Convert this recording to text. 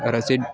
રસીદ